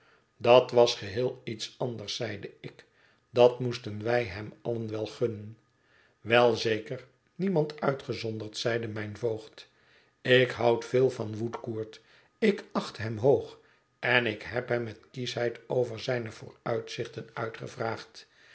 dat was geheel iets anders zeide ik dat moesten wij hem allen wel gunnen wel zeker niemand uitgezonderd zeide mijn voogd ik houd veel van woodcourt ik acht hem hoog en ik heb hem met kieschheid over zijne vooruitzichten uitgevraagd